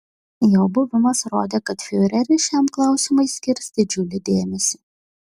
jo buvimas rodė kad fiureris šiam klausimui skirs didžiulį dėmesį